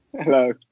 Hello